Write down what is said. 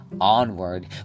onward